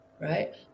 right